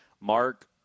mark